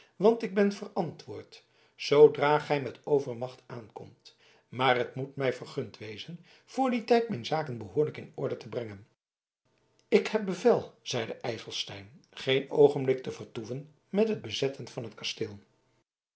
want ik ben verantwoord zoodra gij met overmacht aankomt maar het moet mij vergund wezen voor dien tijd mijn zaken behoorlijk in orde te brengen ik heb bevel zeide ijselstein geen oogenblik te vertoeven met het bezetten van het kasteel